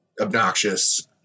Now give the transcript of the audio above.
obnoxious